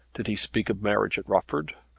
did he speak of marriage at rufford?